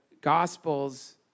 Gospels